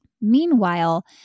Meanwhile